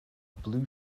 blue